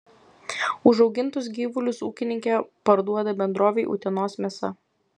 užaugintus gyvulius ūkininkė parduoda bendrovei utenos mėsa